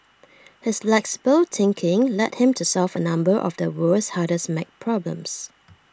his flexible thinking led him to solve A number of the world's hardest math problems